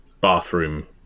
bathroom